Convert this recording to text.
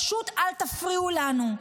פשוט אל תפריעו לנו,